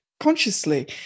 consciously